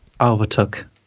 overtook